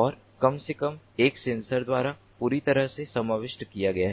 और कम से कम एक सेंसर द्वारा पूरी तरह से समाविष्ट किया गया है